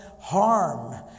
harm